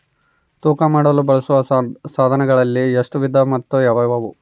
ತೂಕ ಮಾಡಲು ಬಳಸುವ ಸಾಧನಗಳಲ್ಲಿ ಎಷ್ಟು ವಿಧ ಮತ್ತು ಯಾವುವು?